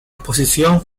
exposición